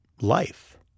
life